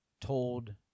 Told